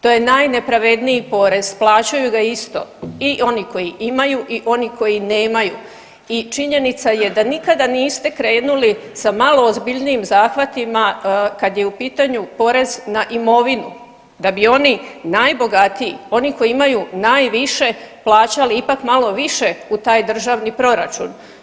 To je najnepravedniji porez, plaćaju ga isto i oni koji imaju i oni koji nemaju i činjenica je da nikada niste krenuli sa malo ozbiljnijim zahvatima kad je u pitanju porez na imovinu, da bi oni najbogatiji, oni koji imaju najviše plaćali ipak malo više u taj državni proračun.